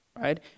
right